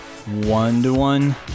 one-to-one